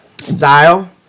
style